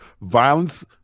violence